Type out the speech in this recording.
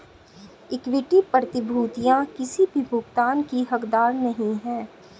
equity प्रतिभूतियां किसी भी भुगतान की हकदार नहीं हैं